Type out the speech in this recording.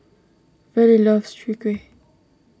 Vallie loves Chwee Kueh